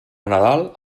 nadal